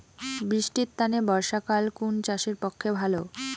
বৃষ্টির তানে বর্ষাকাল কুন চাষের পক্ষে ভালো?